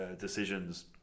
decisions